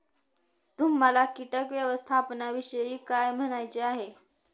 तुम्हाला किटक व्यवस्थापनाविषयी काय म्हणायचे आहे?